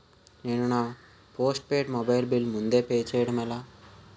నేను నా postpaid mobile bill ముందే పే చేయడం ఎలా?